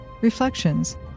Reflections